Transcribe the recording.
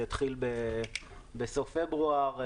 זה התחיל בסוף פברואר,